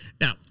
now